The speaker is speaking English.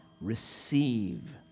receive